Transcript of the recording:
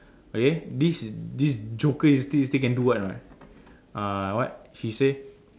okay this this joker still still can do what or not uh what she say